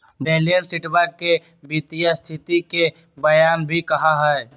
balance शीटवा के वित्तीय स्तिथि के बयान भी कहा हई